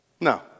No